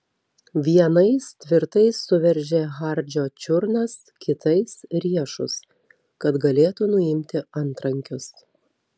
vienais tvirtai suveržė hardžio čiurnas kitais riešus kad galėtų nuimti antrankius